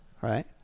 right